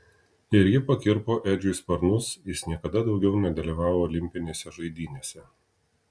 ir ji pakirpo edžiui sparnus jis niekada daugiau nedalyvavo olimpinėse žaidynėse